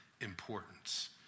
importance